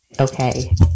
okay